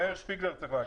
מאיר שפיגלר צריך להגיד.